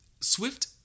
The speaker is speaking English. Swift